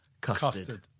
custard